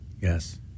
yes